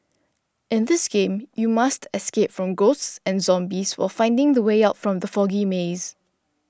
in this game you must escape from ghosts and zombies while finding the way out from the foggy maze